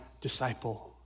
disciple